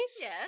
Yes